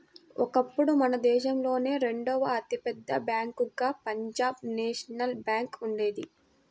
ఒకప్పుడు మన దేశంలోనే రెండవ అతి పెద్ద బ్యేంకుగా పంజాబ్ నేషనల్ బ్యేంకు ఉండేది